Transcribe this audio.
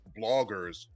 bloggers